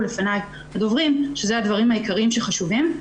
לפניי הדוברים שזה הדברים העיקריים שחשובים.